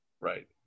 Right